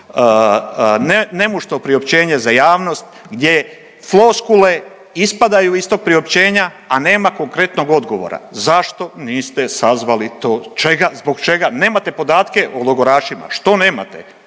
nemušto priopćenje za javnost gdje floskule ispadaju iz tog priopćenja, a nema konkretnog odgovora zašto niste sazvali to. Zbog čega? Nemate podatke o logorašima, što nemate?